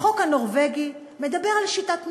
החוק הנורבגי מדבר על שיטת ממשל.